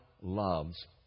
loves